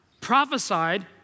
prophesied